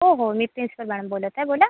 हो हो नीतेश्वर मॅडम बोलत आहे बोला